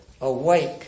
Awake